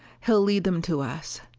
he'll lead them to us.